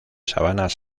sabanas